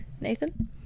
Nathan